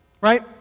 Right